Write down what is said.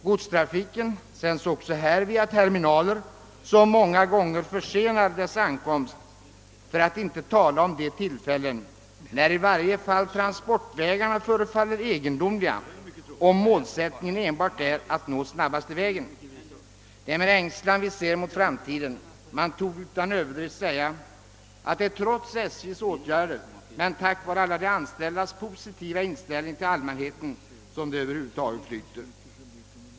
Godstrafiken sänds via terminaler som många gånger försenar godsets ankomst, för att inte tala om de tillfällen när i varje fall transportvägarna förefaller egendomliga, om målsättningen enbart är att nå snabbaste vägen. Det är med ängslan vi ser mot framtiden. Man torde utan överdrift kunna säga att det är trots SJ:s åtgärder men tack vare alla de anställdas positiva inställning till allmänheten som det hela över huvud taget flyter.